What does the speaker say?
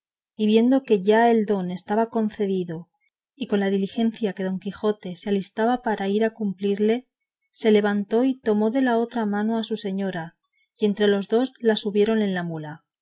viendo que ya el don estaba concedido y con la diligencia que don quijote se alistaba para ir a cumplirle se levantó y tomó de la otra mano a su señora y entre los dos la subieron en la mula